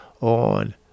on